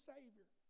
Savior